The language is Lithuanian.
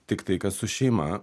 tiktai kas su šeima